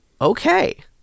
Okay